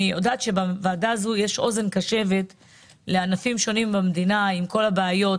אני יודעת שבוועדה הזאת יש אוזן קשבת לענפים שונים במדינה עם כל הבעיות.